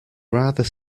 rather